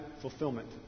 fulfillment